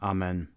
Amen